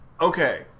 Okay